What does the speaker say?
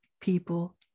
people